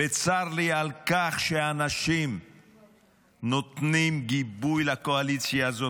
וצר לי על כך שאנשים נותנים גיבוי לקואליציה הזאת,